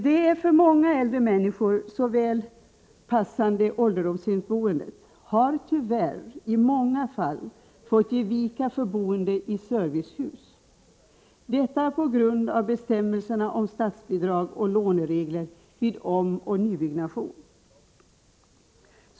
Det för många äldre människor så väl passande ålderdomshemsboendet har tyvärr i många fall fått ge vika för boende i servicehus, detta på grund av bestämmelserna om statsbidrag och låneregler vid omoch nybyggnation.